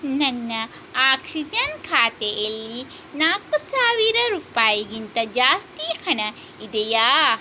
ನನ್ನ ಆಕ್ಸಿಜನ್ ಖಾತೆಯಲ್ಲಿ ನಾಲ್ಕು ಸಾವಿರ ರೂಪಾಯಿಗಿಂತ ಜಾಸ್ತಿ ಹಣ ಇದೆಯಾ